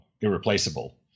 irreplaceable